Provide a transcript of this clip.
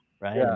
right